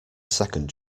second